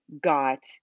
got